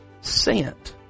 sent